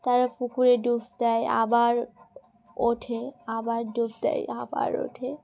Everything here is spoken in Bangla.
তারা পুকুরে ডুব দেয় আবার ওঠে আবার ডুব দেয় আবার ওঠে